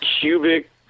cubic